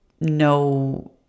no